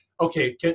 Okay